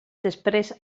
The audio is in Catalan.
després